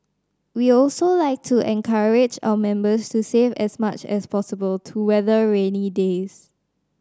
we also like to encourage our members to save as much as possible to weather rainy days